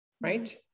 right